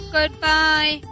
Goodbye